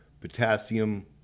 potassium